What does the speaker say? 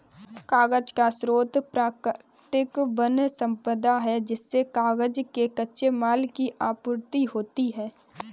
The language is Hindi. कागज का स्रोत प्राकृतिक वन सम्पदा है जिससे कागज के कच्चे माल की आपूर्ति होती है